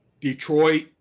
Detroit